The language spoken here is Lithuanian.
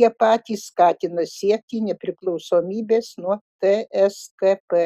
jie patys skatina siekti nepriklausomybės nuo tskp